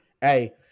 Hey